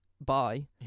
bye